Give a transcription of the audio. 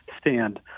stand